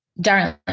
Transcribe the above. darling